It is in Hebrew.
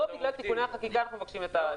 לא בגלל תיקוני החקיקה אנחנו מבקשים את הדחייה.